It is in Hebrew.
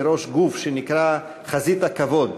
בראש גוף שנקרא "חזית הכבוד",